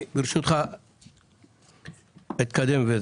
ברשותך, אני אתקדם.